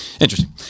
Interesting